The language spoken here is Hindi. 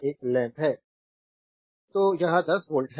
स्लाइड टाइम देखें 0210 तो यह 10 वोल्ट है